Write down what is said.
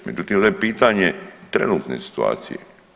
Međutim, ovdje je pitanje trenutne situacije.